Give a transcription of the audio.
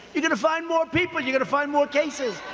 you're going to find more people, you're going to find more cases.